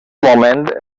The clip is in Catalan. moment